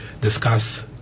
discuss